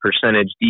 percentage